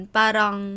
parang